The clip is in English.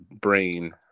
brain